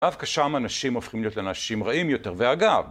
אף כשם אנשים הופכים להיות לנשים רעים יותר. ואגב...